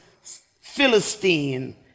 Philistine